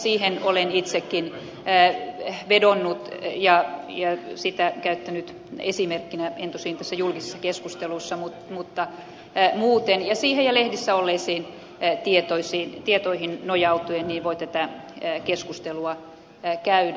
siihen olen itsekin vedonnut ja sitä olen käyttänyt esimerkkinä en tosin tässä julkisessa keskustelussa mutta muuten ja siihen ja lehdissä olleisiin tietoihin nojautuen voi tätä keskustelua käydä